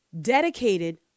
dedicated